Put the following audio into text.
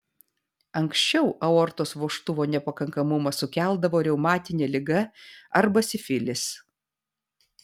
anksčiau aortos vožtuvo nepakankamumą sukeldavo reumatinė liga arba sifilis